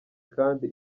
kandi